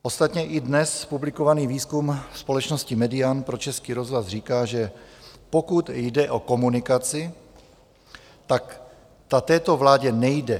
Ostatně i dnes publikovaný výzkum společnosti Median pro Český rozhlas říká, že pokud jde o komunikaci, ta této vládě nejde.